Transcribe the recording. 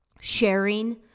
sharing